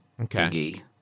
Okay